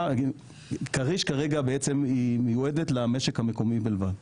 כריש כרגע מיועדת למשק המקומי בלבד.